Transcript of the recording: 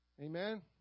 Amen